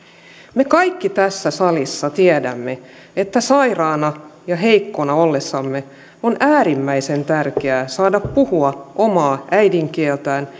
me kaikki tässä salissa tiedämme että sairaana ja heikkona ollessamme on äärimmäisen tärkeää saada puhua omaa äidinkieltään